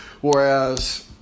whereas